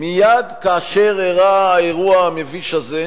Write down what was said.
אני מבקש לקבל את הזמן שנגזל.